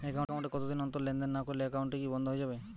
Account এ কতদিন অন্তর লেনদেন না করলে একাউন্টটি কি বন্ধ হয়ে যাবে?